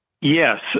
Yes